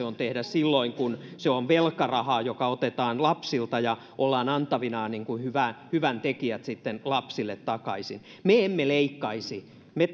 on tehdä silloin kun se on velkarahaa joka otetaan lapsilta ja ollaan antavinaan niin kuin hyväntekijät sitten lapsille takaisin me emme leikkaisi me